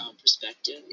perspective